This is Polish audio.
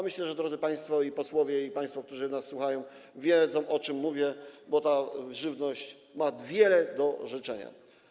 Myślę, że drodzy państwo, i posłowie, i państwo, którzy nas słuchają, wiedzą, o czym mówię, bo ta żywność pozostawia wiele do życzenia.